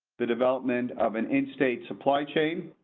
the development of an instate supply chain.